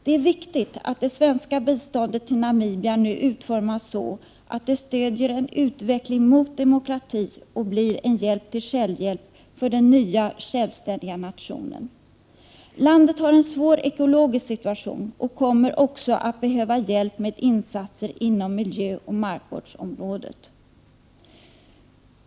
Det är viktigt att det svenska biståndet till Namibia nu utformas så, att det stödjer en utveckling mot demokrati och blir en hjälp till självhjälp för den nya självständiga nationen. Landet har en svår ekologisk situation och 7n kommer också att behöva hjälp med insatser inom miljöoch markvårdsområdet.